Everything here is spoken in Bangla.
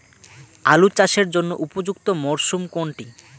আলু চাষের জন্য উপযুক্ত মরশুম কোনটি?